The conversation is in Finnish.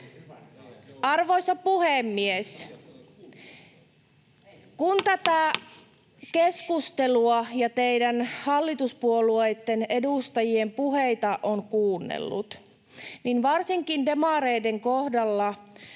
Arvoisa puhemies! Kun tätä keskustelua ja teidän hallituspuolueitten edustajien puheita on kuunnellut, niin varsinkin demareiden kohdalla